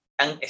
ang